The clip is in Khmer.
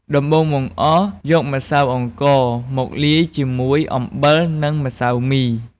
ដំបូងបង្អស់ យក ម្សៅអង្ករ មកលាយជាមួយ អំបិល និង ម្សៅមី។